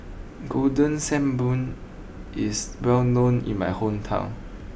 Golden Sand Bun is well known in my hometown